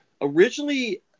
originally